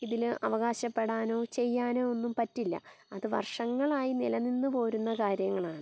ഇതിൽ അവകാശപ്പെടാനോ ചെയ്യാനോ ഒന്നും പറ്റില്ല അത് വർഷങ്ങളായി നിലനിന്ന് പോരുന്ന കാര്യങ്ങളാണ്